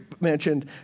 mentioned